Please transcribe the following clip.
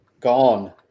gone